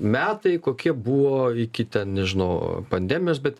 metai kokie buvo iki ten nežinau pandemijos bet